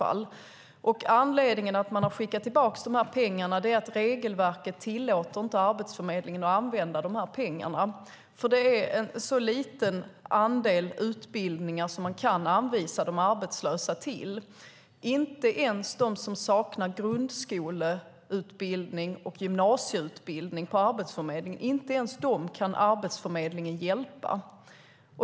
Anledningen till att man skickat tillbaka pengarna är att regelverket inte tillåter Arbetsförmedlingen att använda pengarna, för det är en så liten andel utbildningar som man kan anvisa de arbetslösa till. Inte ens dem som saknar grundskoleutbildning och gymnasieutbildning kan Arbetsförmedlingen hjälpa.